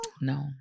No